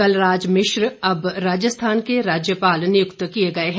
कलराज मिश्र अब राजस्थान के राज्यपाल नियुक्त किए गए हैं